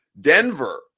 Denver